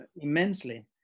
immensely